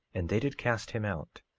and they did cast him out,